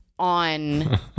on